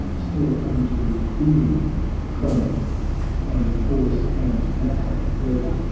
still unto being clung and force and matter, wedded,